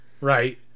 right